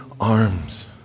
arms